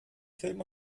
film